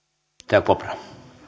arvoisa